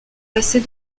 passer